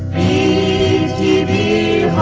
a a